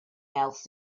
else